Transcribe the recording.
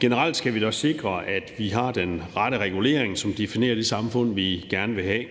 Generelt skal vi dog sikre, at vi har den rette regulering, som definerer det samfund, vi gerne vil have,